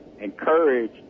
encourage